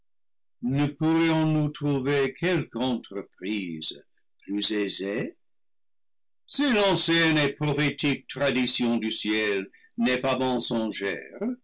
ne pourrions-nous trouver quelque entreprise plus aisée si l'ancienne et prophétique tradition du ciel n'est pas